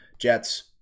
Jets